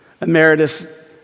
Emeritus